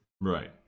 Right